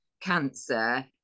cancer